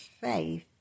faith